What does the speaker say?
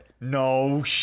No